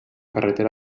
carretera